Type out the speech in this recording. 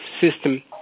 system